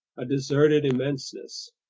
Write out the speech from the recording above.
a deserted immenseness.